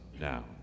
now